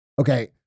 okay